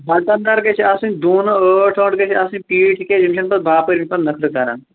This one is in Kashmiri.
بٹن دار گژھِ آسٕنۍ دوٗنہٕ أٹھ أٹھ گژھِ آسٕنۍ پیٖٹۍ تِکیٛازِ یِم چھِنہٕ پَتہٕ باپأرۍ نُکن نخرٕ کران